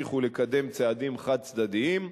להמשיך ולקדם צעדים חד-צדדיים,